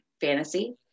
fantasy